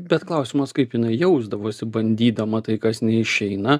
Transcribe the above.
bet klausimas kaip jinai jausdavosi bandydama tai kas neišeina